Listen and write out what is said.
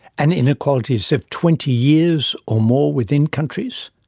and inequalities of twenty years or more within countries.